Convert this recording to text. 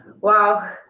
Wow